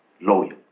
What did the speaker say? loyal